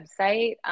website